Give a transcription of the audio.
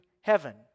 heaven